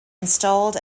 installed